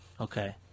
Okay